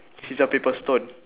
scissors paper stone